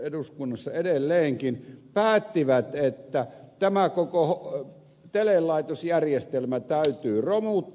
eduskunnassa edelleenkin päättivät että tämä koko telelaitosjärjestelmä täytyy romuttaa